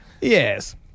Yes